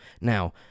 now